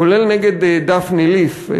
כולל נגד דפני ליף,